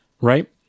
Right